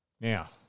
Now